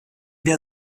der